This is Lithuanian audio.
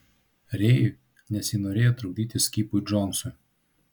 rėjui nesinorėjo trukdyti skipui džonsui